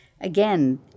Again